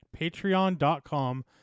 patreon.com